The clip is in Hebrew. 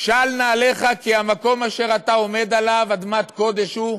של נעליך כי המקום אשר אתה עומד עליו אדמת קודש הוא?